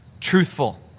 truthful